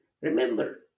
remember